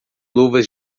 luvas